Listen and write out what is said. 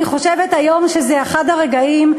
אני חושבת היום שזה אחד הרגעים,